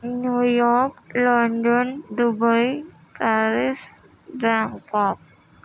new York London Dubai Paris Bangkok